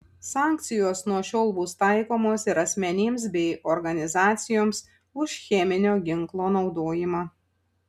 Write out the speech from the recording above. sankcijos nuo šiol bus taikomos ir asmenims bei organizacijoms už cheminio ginklo naudojimą